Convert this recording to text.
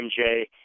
MJ